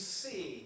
see